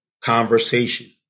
conversation